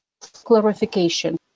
clarification